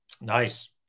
nice